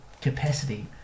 capacity